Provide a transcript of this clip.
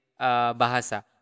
bahasa